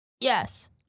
Yes